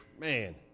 man